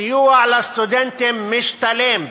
סיוע לסטודנטים משתלם,